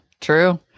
True